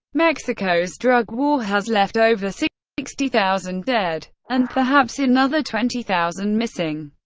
mexico's drug war has left over so sixty thousand dead and perhaps another twenty thousand missing.